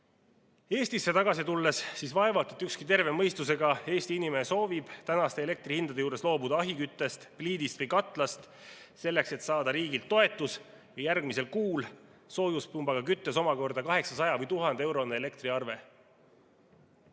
Eesti juurde tagasi tulles, vaevalt et ükski terve mõistusega Eesti inimene soovib tänaste elektrihindade juures loobuda ahjuküttest, pliidist või katlast, selleks et saada riigilt toetus ja järgmisel kuul soojuspumbaga küttes omakorda 800‑ või 1000‑eurone elektriarve.